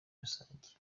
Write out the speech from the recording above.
rusange